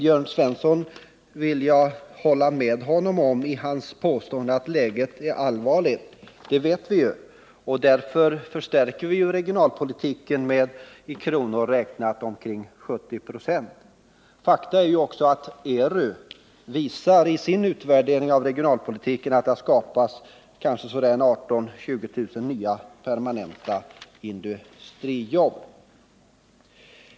Jag vill hålla med Jörn Svensson i hans påstående att läget är allvarligt. Det vet vi ju, och därför förstärker vi regionalpolitiken med omkring 70 96. Faktum är också att ERU visar i sin utvärdering av regionalpolitiken att det har skapats kanske 18 000-20 000 nya permanenta industrijobb.